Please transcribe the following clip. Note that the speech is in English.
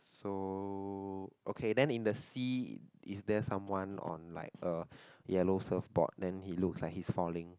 so okay then in the sea is there someone on like a yellow surfboard then he looks like he's falling